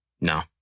No